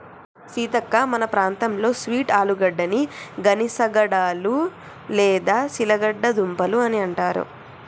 సీతక్క మన ప్రాంతంలో స్వీట్ ఆలుగడ్డని గనిసగడ్డలు లేదా చిలగడ దుంపలు అని అంటారు